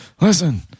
Listen